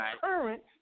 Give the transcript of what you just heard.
current